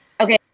Okay